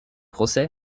procès